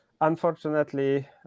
unfortunately